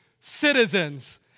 Citizens